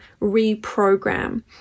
reprogram